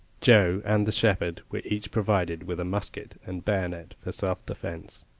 joe and the shepherd were each provided with a musket and bayonet for self-defence.